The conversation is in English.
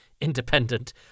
independent